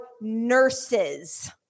nurses